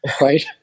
right